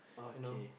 you know